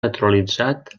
naturalitzat